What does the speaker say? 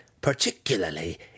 particularly